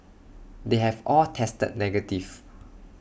they have all tested negative